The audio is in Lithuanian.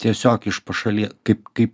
tiesiog iš pašalie kaip kaip